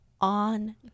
on